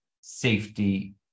safety